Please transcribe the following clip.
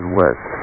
west